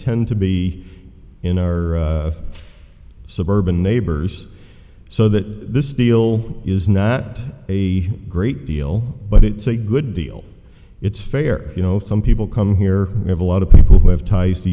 tend to be in our suburban neighbors so that this deal is not a great deal but it's a good deal it's fair you know some people come here and have a lot of people who have ties to